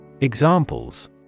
Examples